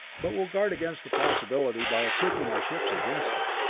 but we'll guard against the possibility by equipping our ships against it.